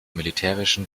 militärischen